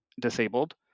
disabled